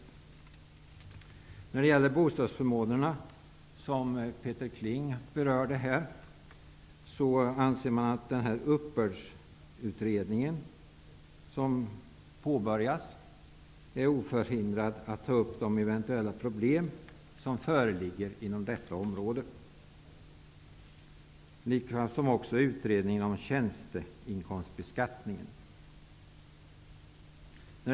Beträffande bostadsförmånerna, som Peter Kling berörde, anser man att den uppbördsutredning som påbörjats är oförhindrad att ta upp de eventuella problem som föreligger inom detta område, liksom utredningen om tjänsteinkomstbeskattningen.